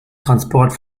transport